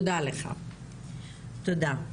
תודה לך, תודה.